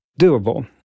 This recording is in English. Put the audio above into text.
doable